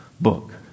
book